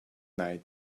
night